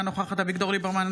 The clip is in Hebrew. אינה נוכחת אביגדור ליברמן,